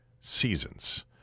seasons